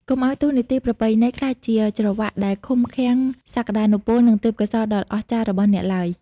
កុំឱ្យតួនាទីប្រពៃណីក្លាយជា "ច្រវ៉ាក់" ដែលឃុំឃាំងសក្តានុពល និងទេពកោសល្យដ៏អស្ចារ្យរបស់អ្នកឡើយ។